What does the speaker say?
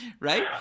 right